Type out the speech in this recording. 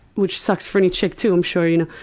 which sucks for any chick too, i'm sure you know.